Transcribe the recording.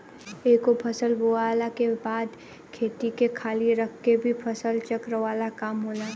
एगो फसल बोअला के बाद खेत के खाली रख के भी फसल चक्र वाला काम होला